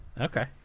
Okay